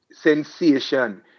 sensation